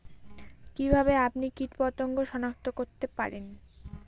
কিভাবে আপনি কীটপতঙ্গ সনাক্ত করতে পারেন?